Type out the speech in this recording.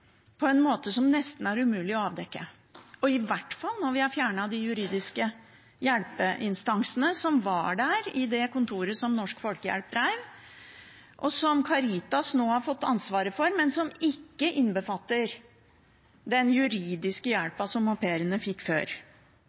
på en måte som nesten er umulig å avdekke, i hvert fall når vi har fjernet de juridiske hjelpeinstansene som var ved kontoret som Norsk Folkehjelp drev, og som Caritas nå har fått ansvaret for, men som ikke lenger innbefatter den juridiske hjelpen som au pairene fikk før.